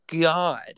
God